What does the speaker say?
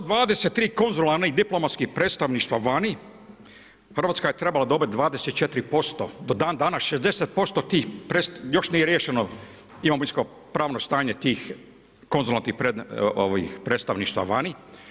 Od 123 konzulata i diplomatskih predstavništva vani, Hrvatska je trebala dobiti 24%, do dan danas 60% tih, još nije riješeno imovinsko pravno stanje tih konzultantskih predstavništva vani.